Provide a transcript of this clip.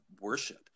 worship